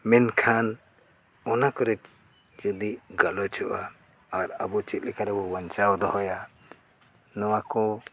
ᱢᱮᱱᱠᱷᱟᱱ ᱚᱱᱟ ᱠᱚᱨᱮ ᱡᱩᱫᱤ ᱜᱟᱞᱚᱪᱚᱜᱼᱟ ᱟᱨ ᱟᱵᱚ ᱪᱮᱫ ᱞᱮᱠᱟ ᱨᱮᱵᱚ ᱵᱟᱧᱪᱟᱣ ᱫᱚᱦᱚᱭᱟ ᱱᱚᱣᱟ ᱠᱚ